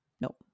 nope